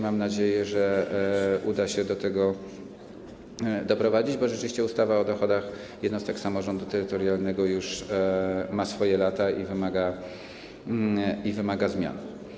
Mam nadzieję, że uda się do tego doprowadzić, bo rzeczywiście ustawa o dochodach jednostek samorządu terytorialnego ma swoje lata i wymaga zmian.